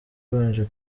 ubanje